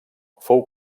fou